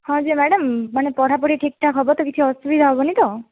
ହଁ ଯେ ମ୍ୟାଡ଼ାମ୍ ମାନେ ପଢ଼ାପଢ଼ି ଠିକ୍ଠାକ୍ ହେବ ତ କିଛି ଅସୁବିଧା ହେବନି ତ